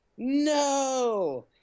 no